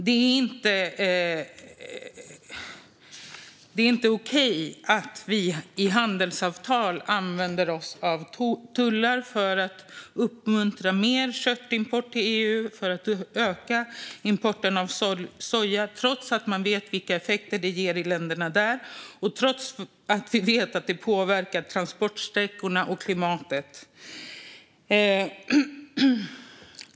Det är inte okej att vi i handelsavtal använder oss av tullar för att uppmuntra mer köttimport till EU och för att öka importen av soja trots att man vet vilka effekter det får i de här länderna och trots att vi vet att det påverkar transportsträckorna och klimatet.